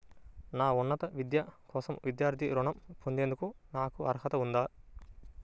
నా ఉన్నత విద్య కోసం విద్యార్థి రుణం పొందేందుకు నాకు అర్హత ఉందా?